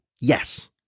Yes